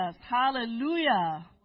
Hallelujah